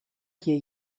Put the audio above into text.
hier